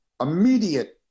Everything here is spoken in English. immediate